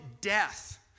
death